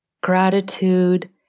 gratitude